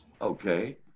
okay